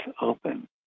open